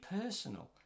personal